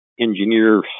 engineer